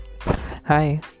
Hi